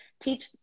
teach